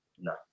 no